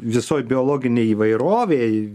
visoj biologinėj įvairovėj